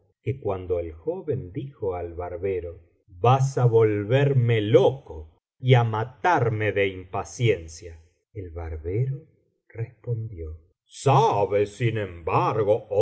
que cuando el joven dijo al barbero vas á volverme loco y á matarme de impaciencia el barbero respondió biblioteca valenciana generalitat valenciana historia del jorobado sabe sin embargo